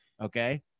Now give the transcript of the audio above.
Okay